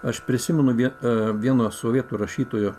aš prisimenu vie vieno sovietų rašytojo